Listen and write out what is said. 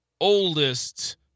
oldest